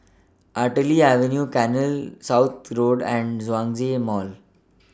Artillery Avenue Canal South Road and Zhongshan Mall